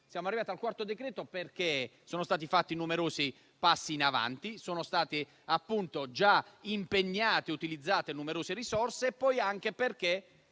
Siamo arrivati al quarto decreto d'urgenza perché sono stati fatti numerosi passi in avanti, sono state già impegnate e utilizzate numerose risorse e poi anche perché